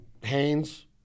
Haynes